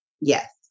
Yes